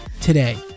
today